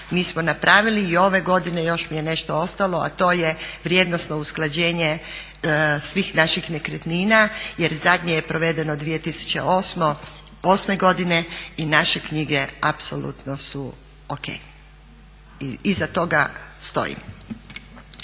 mi smo napravili i ove godine još mi je nešto ostalo, a to je vrijednosno usklađenje svih naših nekretnina, jer zadnje je provedeno 2008. godine i naše knjige apsolutno su o.k. i iza toga stojim.